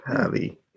Heavy